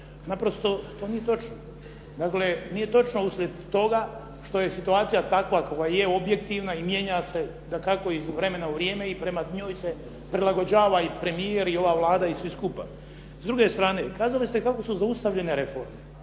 Naprosto to nije točno. Dakle, nije točno uslijed toga što je situacija takva kakva je, objektivna i mijenja se dakako iz vremena u vrijeme i prema njoj se prilagođava i premijer i ova Vlada i svi skupa. S druge strane, kazali ste kako su zaustavljene reforme.